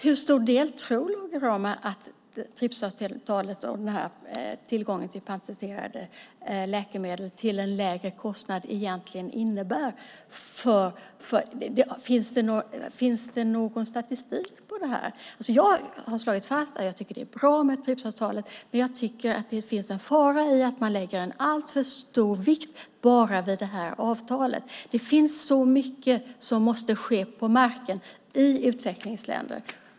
Hur stor del tror Lage Rahm att TRIPS-avtalet och tillgången till patenterade läkemedel till en lägre kostnad egentligen innebär? Finns det någon statistik på det? Jag har slagit fast att det är bra att TRIPS-avtalet finns, men jag tycker att det finns en fara i att lägga alltför stor vikt bara vid det avtalet. Det är så mycket som måste ske på marken i utvecklingsländerna.